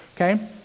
Okay